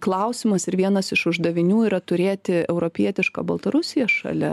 klausimas ir vienas iš uždavinių yra turėti europietišką baltarusiją šalia